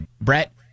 Brett